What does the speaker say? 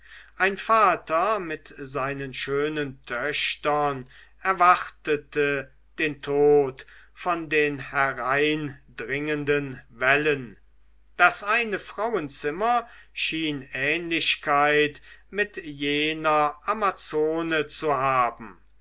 ein vater mit seinen schönen töchtern erwartete den tod von den hereindringenden wellen das eine frauenzimmer schien ähnlichkeit mit jener amazone zu haben